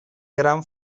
gran